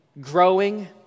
growing